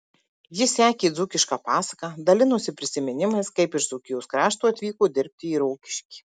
ji sekė dzūkišką pasaką dalinosi prisiminimais kaip iš dzūkijos krašto atvyko dirbti į rokiškį